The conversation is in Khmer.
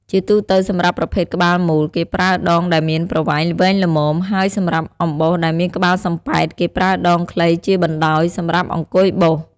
ជាទូទៅសម្រាប់ប្រភេទក្បាលមូល គេប្រើដងដែលមានប្រវែងវែងល្មម ហើយសម្រាប់អំបោសដែលមានក្បាលសំបែត គេប្រើដងខ្លីជាបណ្តោយសម្រាប់អង្គុយបោស។